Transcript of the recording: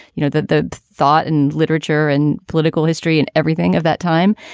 you know, that the thought and literature and political history and everything of that time.